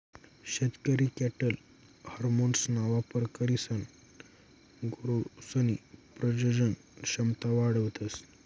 शेतकरी कॅटल हार्मोन्सना वापर करीसन गुरसनी प्रजनन क्षमता वाढावतस